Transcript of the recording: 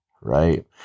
right